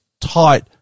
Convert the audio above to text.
tight